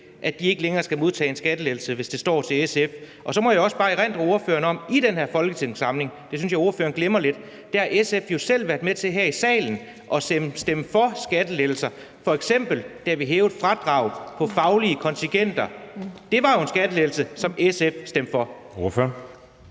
at de ikke længere skal modtage en skattelettelse, hvis det står til SF? Så må jeg også bare erindre ordføreren om, at i den her folketingssamling – det synes jeg ordføreren glemmer lidt – har SF jo selv været med til her i salen at stemme for skattelettelser, f.eks. da vi hævede fradraget for faglige kontingenter. Det var jo en skattelettelse, som SF stemte for. Kl.